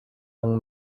young